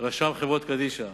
רשם חברות קדישא,